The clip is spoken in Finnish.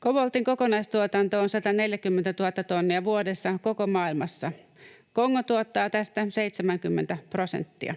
koboltin kokonaistuotanto on 140 000 tonnia vuodessa koko maailmassa. Kongo tuottaa tästä 70 prosenttia.